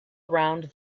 around